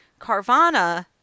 Carvana